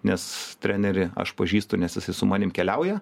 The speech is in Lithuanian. nes trenerį aš pažįstu nes jisai su manim keliauja